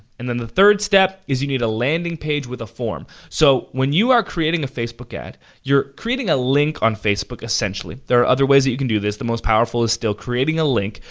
and then the third step, is that you need a landing page with a form. so, when you are creating a facebook ad, you're creating a link on facebook, essentially. there are other ways that you can do this, the most powerful is still creating a link,